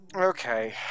Okay